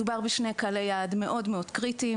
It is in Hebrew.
מדובר בשני קהלי יעד מאוד מאוד קריטיים,